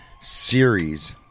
series